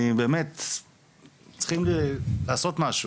צריכים לעשות משהו.